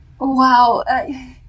Wow